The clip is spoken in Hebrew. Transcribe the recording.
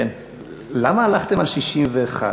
למה הלכתם על 61?